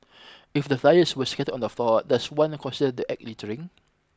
if the flyers were scattered on the floor does one consider the act littering